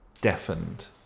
deafened